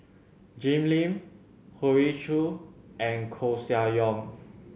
Jim Lim Hoey Choo and Koeh Sia Yong